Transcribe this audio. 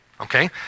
okay